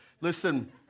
listen